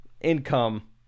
income